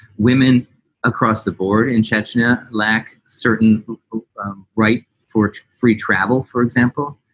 women across the board in chechnya lack certain right for free travel, for example.